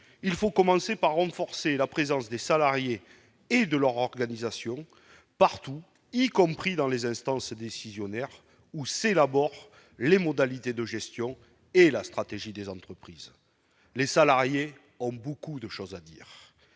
il faut commencer par an de forcer la présence des salariés et de leur organisation partout y compris dans les instances décisionnaires où s'élaborent les modalités de gestion et la stratégie des entreprises, les salariés ont beaucoup de choses à dire